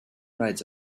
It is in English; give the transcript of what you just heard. rides